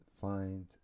find